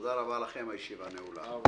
תודה רבה, הישיבה נעולה.